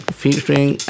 featuring